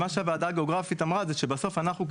הוועדה הגיאוגרפית אמרה שבסוף לנו,